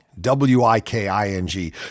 W-I-K-I-N-G